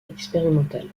expérimental